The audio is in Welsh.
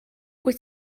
wyt